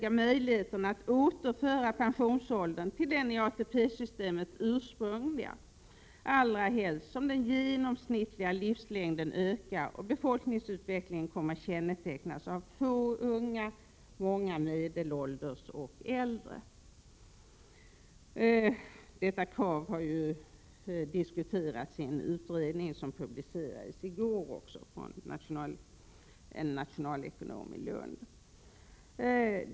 Att möjligheterna att återföra pensionsåldern till den i ATP-systemet ursprungliga pensionsåldern övervägs, allra helst som den genomsnittliga livslängden ökar och befolkningsutvecklingen kommer att kännetecknas av få unga och många medelålders och äldre. Detta krav har ju diskuterats i en utredning, vars redovisning publicerades i går; utredningen har gjorts av en nationalekonom i Lund.